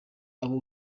abo